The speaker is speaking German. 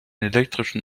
elektrischen